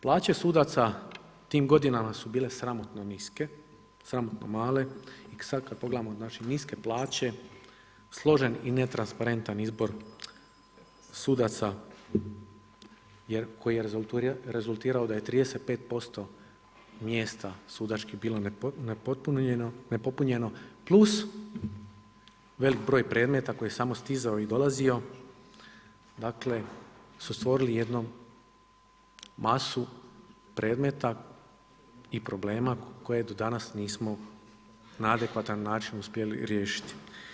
Plaće sudaca u tim godina su bile sramotno niske, sramotno male i sad kad pogledamo, znači, niske plaće, složen i netransparentan izbor sudaca koji je rezultirao da je 35% mjesta sudačkih bilo nepopunjeno plus velik broj predmeta koji je samo stizao i dolazio su stvorili jednu masu predmeta i problema koje do danas nismo na adekvatan način uspjeli riješiti.